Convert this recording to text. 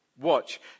Watch